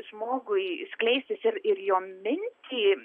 žmogui skleistis ir ir jo mintį